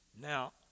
Now